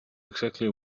exactly